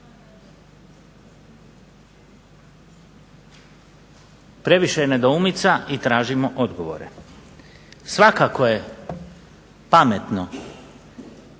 Previše je nedoumica i tražimo odgovore. Svakako je pametno